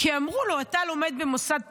כי אמרו לו, אתה לומד במוסד תורני,